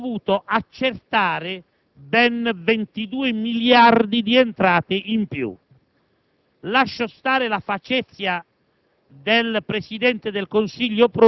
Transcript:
Grazie, signor Presidente.